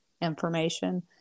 information